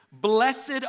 blessed